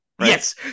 yes